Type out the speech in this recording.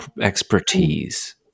expertise